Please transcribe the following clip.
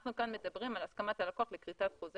אנחנו כאן מדברים על הסכמת הלקוח לכריתת חוזה